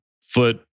foot